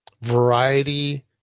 variety